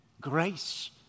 grace